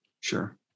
sure